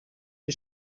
die